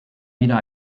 wieder